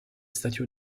stati